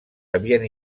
havien